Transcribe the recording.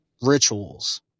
rituals